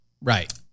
Right